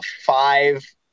five